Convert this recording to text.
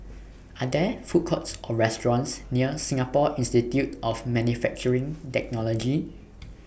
Are There Food Courts Or restaurants near Singapore Institute of Manufacturing Technology